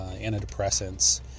antidepressants